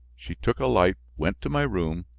she took a light, went to my room,